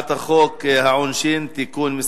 בעד, 34, נגד, אין, נמנעים, אין.